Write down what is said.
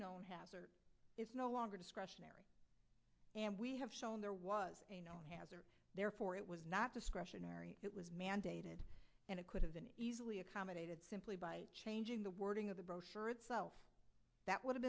known hat it's no longer discretion and we have shown there was an other therefore it was not discretionary it was mandated and it could have been easily accommodated simply by changing the wording of the brochure itself that would have